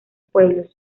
pueblos